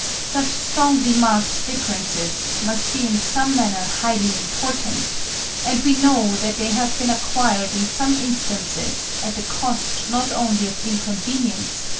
such strongly-marked differences must be in some manner highly important and we know that they have been acquired in some instances at the cost not only of inconvenience,